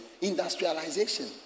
industrialization